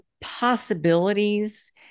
possibilities